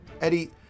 Eddie